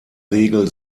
regel